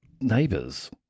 neighbors